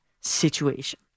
situation